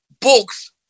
books